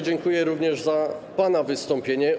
Dziękuję również za pana wystąpienie.